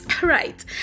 Right